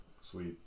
Sweet